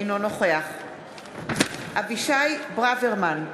אינו נוכח אבישי ברוורמן,